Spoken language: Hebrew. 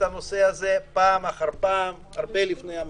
הנושא הזה פעם אחר פעם הרבה לפני המשבר.